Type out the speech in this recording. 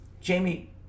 Jamie